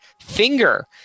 finger